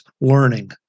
learning